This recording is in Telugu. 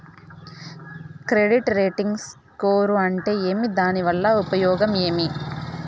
క్రెడిట్ రేటింగ్ స్కోరు అంటే ఏమి దాని వల్ల ఉపయోగం ఏమి?